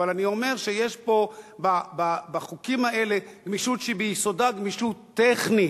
אבל אני אומר שיש פה בחוקים האלה גמישות שהיא ביסודה גמישות טכנית,